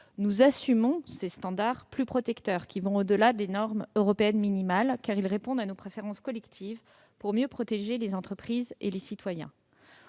Nous assumons ces standards plus protecteurs qui vont au-delà des normes européennes minimales, car ils répondent à nos préférences collectives pour mieux protéger les entreprises et les citoyens.